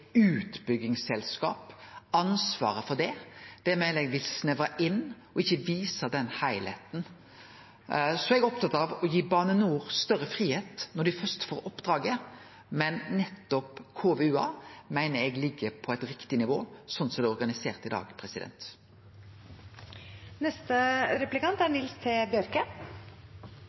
utbyggingsselskap ansvaret for det meiner eg vil snevre inn og ikkje vise den heilskapen. Så er eg opptatt av å gi Bane NOR større fridom når dei først får oppdrag, men nettopp KVU-ar meiner eg ligg på eit rett nivå slik det er organisert i dag.